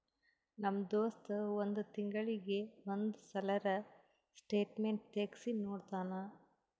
ನಮ್ ದೋಸ್ತ್ ಒಂದ್ ತಿಂಗಳೀಗಿ ಒಂದ್ ಸಲರೇ ಸ್ಟೇಟ್ಮೆಂಟ್ ತೆಗ್ಸಿ ನೋಡ್ತಾನ್